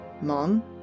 Mom